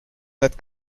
nad